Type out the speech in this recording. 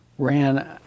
ran